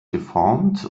geformt